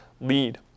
lead